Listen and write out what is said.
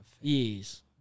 yes